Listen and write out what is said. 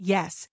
Yes